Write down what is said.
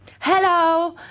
Hello